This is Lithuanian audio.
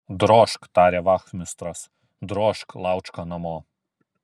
drožk tarė vachmistras drožk laučka namo